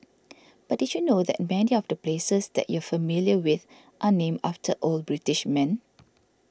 but did you know that many of the places that you're familiar with are named after old British men